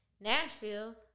Nashville